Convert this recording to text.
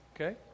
Okay